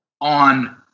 on